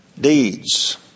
deeds